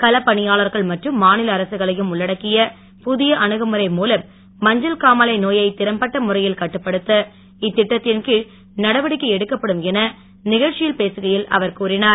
களப்பணியானர்கள் மற்றும் மாநில அரசுகளையும் உள்ளடக்கிய புதிய அணுமுறை மூலம் மஞ்சள் காமாலை நோயை இறம்பட்ட முறையில் கட்டுப்படுத்த இத்திட்டத்தின் கீழ் நடவடிக்கை எடுக்கப்படும் என நிகழ்ச்சியில் பேசுகையில் அவர் கூறினார்